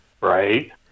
Right